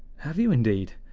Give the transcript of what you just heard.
have you indeed?